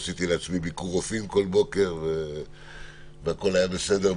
עשיתי לעצמי ביקור רופאים כל בוקר והכול היה בסדר,